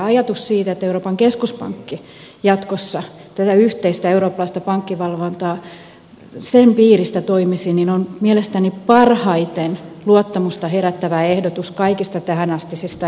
ajatus siitä että euroopan keskuspankki jatkossa tämän yhteisen eurooppalaisen pankkivalvonnan piirissä toimisi on mielestäni parhaiten luottamusta herättävä ehdotus kaikista tähänastisista ehdotuksista